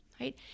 right